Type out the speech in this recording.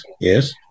yes